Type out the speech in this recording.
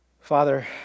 Father